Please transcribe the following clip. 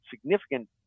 significant